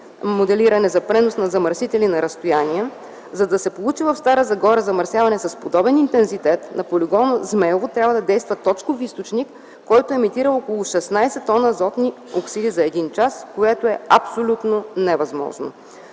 моделиране за пренос на замърсители на разстояния, за да се получи в Стара Загора замърсяване с подобен интензитет, на полигона „Змеево” трябва да действа точков източник, който емитира около 16 т азотни оксиди за един час, което е абсолютно невъзможно.